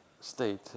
state